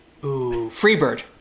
Freebird